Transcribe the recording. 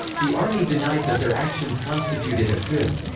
the army denied that their actions constituted a coup.